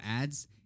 Ads